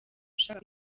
ashaka